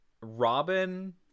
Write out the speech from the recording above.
Robin